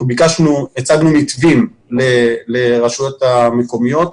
הצגנו מתווים לרשויות המקומיות,